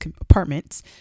apartments